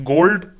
Gold